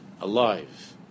alive